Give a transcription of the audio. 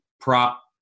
prop